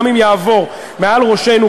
גם אם יעבור מעל ראשנו,